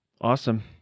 awesome